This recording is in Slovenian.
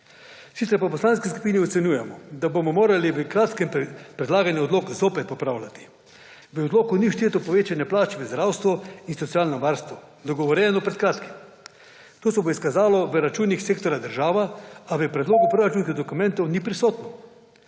Sicer pa v poslanski skupini ocenjujemo, da bomo morali v kratkem predlagani odlok zopet popravljati. V odlok ni všteto povečanje plač v zdravstvu in socialnem varstvu, dogovorjeno pred kratkim. To se bo izkazalo v računih sektorja država, a v predlogu proračunskih dokumentov ni prisotno.